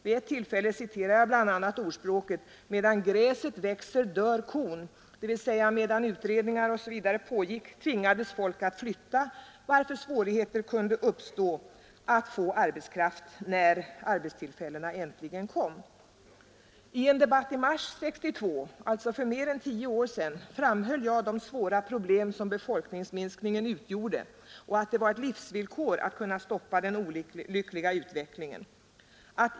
Vid ett tillfälle hänvisade jag bl.a. till ordspråket ”medan gräset växer dör kon” — dvs. medan utredningar m.m. pågick tvingades folk att flytta, varför svårigheter kunde uppstå att få arbetskraft när arbetstillfällena äntligen kom. I en debatt i mars 1962 — alltså för mer än tio år sedan — framhöll jag det svåra problem som befolkningsminskningen medförde och framhöll att det var ett livsvillkor att kunna stoppa den olyckliga utvecklingen.